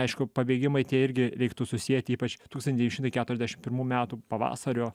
aišku pabėgimai tie irgi reiktų susieti ypač tūkstantis devyni šimtai keturiasdešimt pirmų metų pavasario